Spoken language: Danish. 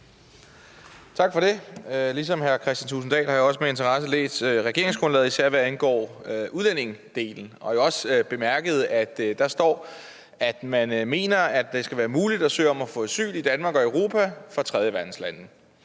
Tak for det. Ligesom hr. Kristian Thulesen Dahl har jeg også med interesse læst regeringsgrundlaget, især hvad angår udlændingedelen, og jeg har også bemærket, at der står, at man mener, at det skal være muligt fra tredjeverdenslande at søge om at få asyl i Danmark og Europa. Man kan